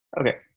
okay